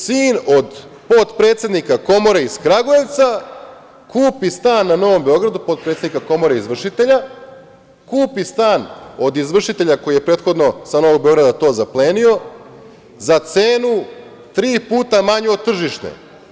Sin od potpredsednika Komore iz Kragujevca kupi stan na Novom Beogradu potpredsednika Komore izvršitelja, kupi stan od izvršitelja koji je prethodno sa Novog Beograda to zaplenio za cenu tri puta manju od tržišne.